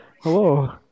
hello